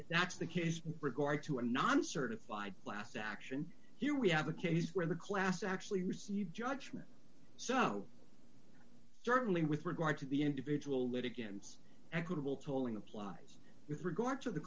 if that's the case regard to a non certified last action here we have a case where the class actually received judgement so certainly with regard to the individual litigants equitable tolling applies with regard to the